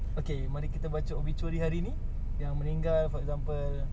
okay mari kita baca obituary hari ini yang meninggal for example